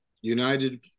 United